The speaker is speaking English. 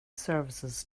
services